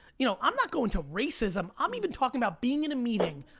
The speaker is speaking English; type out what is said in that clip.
you know, i'm not going to racism, i'm even talking about being in a meeting,